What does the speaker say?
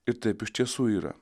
ir taip iš tiesų yra